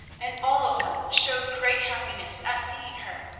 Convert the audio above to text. and all of them showed great happiness at seeing her.